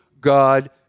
God